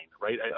right